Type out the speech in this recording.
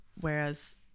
Whereas